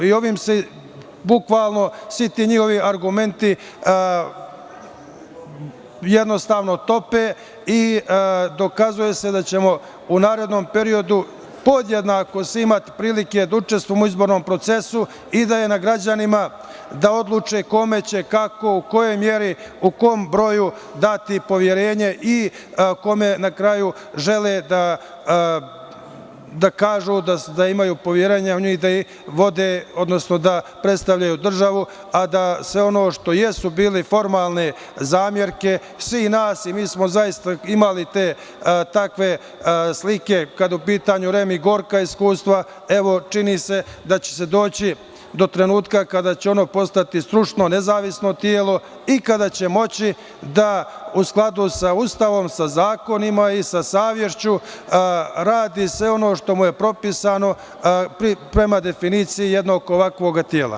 Ovim se bukvalno svi ti njihovi argumenti jednostavno tope i dokazuje se da ćemo u narednom periodu podjednako imati svi prilike da učestvujemo u izbornom procesu i da je na građanima kome će, kako, u kojoj meri, u kom broju dati poverenje i kome na kraju žele da kažu da imaju poverenje u njih i da ih vode, odnosno da predstavljaju državu, a da sve ono što jesu bile formalne zamerke svih nas, mi smo zaista imali te takve slike kada je u pitanju REM i gorka iskustva, evo, čini se da će se doći do trenutka kada će ono postati stručno, nezavisno telo i kada će moći da u skladu sa Ustavom, sa zakonima i sa savešću radi sve ono što mu je propisano prema definiciji jednog ovakvog tela.